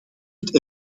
het